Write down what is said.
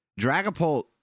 Dragapult